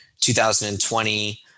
2020